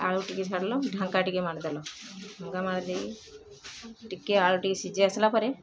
ଆଳୁ ଟିକେ ଛାଡ଼ିଲ ଢାଙ୍କା ଟିକେ ମାରିଦେଲ ଢାଙ୍କା ମାରିଦେଇକି ଟିକେ ଆଳୁ ଟିକେ ସିଝି ଆସିଲା ପରେ